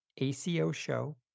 ACOshow